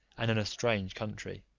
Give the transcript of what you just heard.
and in a strange country.